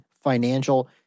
financial